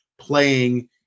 playing